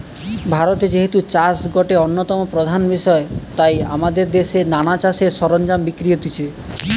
ভারতে যেহেতু চাষ গটে অন্যতম প্রধান বিষয় তাই আমদের দেশে নানা চাষের সরঞ্জাম বিক্রি হতিছে